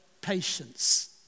patience